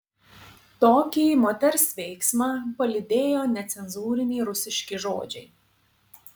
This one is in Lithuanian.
tokį moters veiksmą palydėjo necenzūriniai rusiški žodžiai